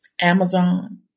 Amazon